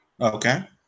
Okay